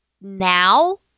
now